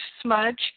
smudge